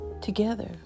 together